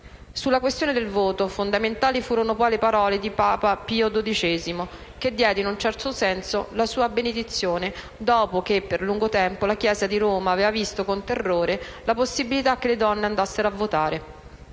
Sulla questione del voto, fondamentali furono poi le parole di papa Pio XII che diede in un certo senso la sua benedizione, dopo che per lungo tempo la Chiesa di Roma aveva visto con terrore la possibilità che le donne andassero a votare.